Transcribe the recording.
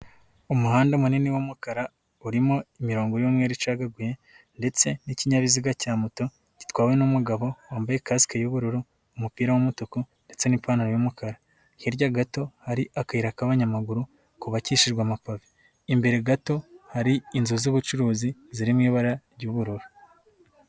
Umuhanda munini w'umukara urimo imirongo y'umweru icagaguye ndetse n'ikinyabiziga cya moto gitwawe n'umugabo wambaye kasike y'ubururu umupira w'umutuku ndetse n'ipantaro y'umukara, hirya gato hari akayira k'abanyamaguru kubakisijwe amapave, imbere gato hari inzu z'ubucuruzi ziri mu ibara ry'ubururu.